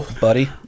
Buddy